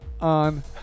On